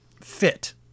fit